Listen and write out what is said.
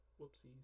whoopsies